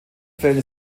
fällen